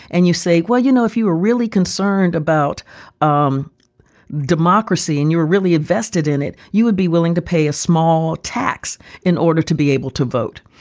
and you say, well, you know, if you were really concerned about um democracy and you were really invested in it, you would be willing to pay a small tax in order to be able to vote.